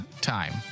time